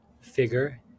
figure